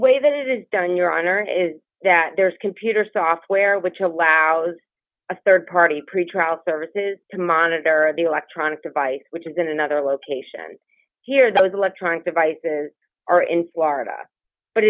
way that it is done your honor is that there's computer software which allows a rd party pretrial services to monitor the electronic device which is in another location here that is electronic devices are in florida but